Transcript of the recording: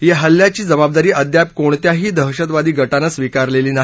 या हल्ल्याची जबाबदारी अद्याप कोणत्याही दहशतवादी गटानं स्वीकारलेली नाही